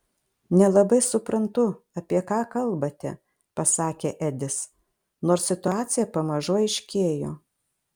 nelabai suprantu apie ką kalbate pasakė edis nors situacija pamažu aiškėjo